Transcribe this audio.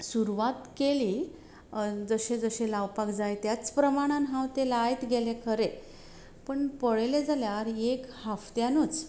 सुरवात केली जशे जशे लावपाक जाय त्याच प्रमाणान हांव तें लायत गेलें खरें पूण पळयलें जाल्यार एक हफ्त्यानूच